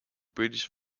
british